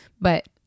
But-